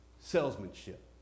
salesmanship